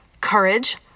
courage